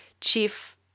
Chief